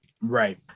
Right